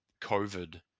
COVID